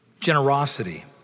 Generosity